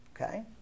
Okay